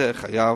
זה חייב,